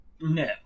No